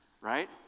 right